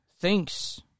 thinks